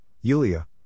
Yulia